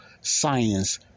science